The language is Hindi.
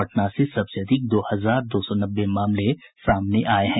पटना से सबसे अधिक दो हजार दो सौ नब्बे मामले सामने आये हैं